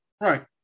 Right